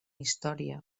història